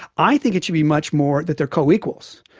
i think it should be much more that they are co-equals.